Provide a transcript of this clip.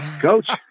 coach